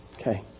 Okay